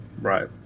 Right